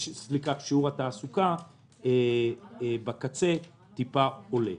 ששיעור התעסוקה קצת משתפר.